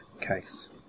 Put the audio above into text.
Case